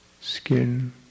skin